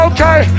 Okay